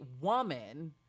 woman